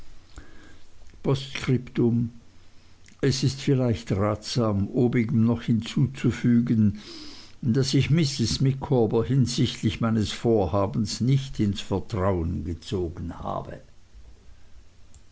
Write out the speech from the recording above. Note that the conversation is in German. es ist vielleicht ratsam obigem noch hinzuzufügen daß ich mrs micawber hinsichtlich meines vorhabens nicht ins vertrauen gezogen habe